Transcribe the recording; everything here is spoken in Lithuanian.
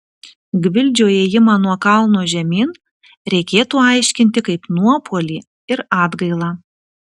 gvildžio ėjimą nuo kalno žemyn reikėtų aiškinti kaip nuopuolį ir atgailą